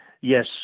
Yes